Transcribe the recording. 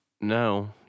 no